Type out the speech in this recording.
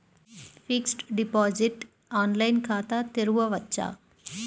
Fixed deposit online ఖాతా తెరువవచ్చా?